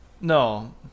No